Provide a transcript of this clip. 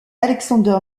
alexander